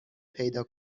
پیدا